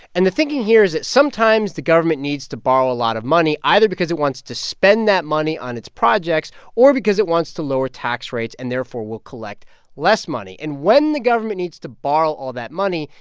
and the thinking here is that sometimes the government needs to borrow a lot of money, either because it wants to spend that money on its projects or because it wants to lower tax rates and, therefore, will collect less money. and when the government needs to borrow all that money,